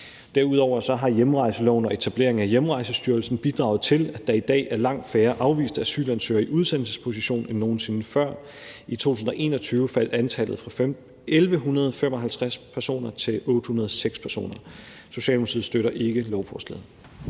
Derudover har hjemrejseloven og etableringen af Hjemrejsestyrelsen bidraget til, at der i dag er langt færre afviste asylansøgere i udsendelsesposition end nogen sinde før. I 2021 faldt antallet fra 1.155 personer til 806 personer. Socialdemokratiet støtter ikke lovforslaget.